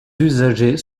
usagers